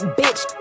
bitch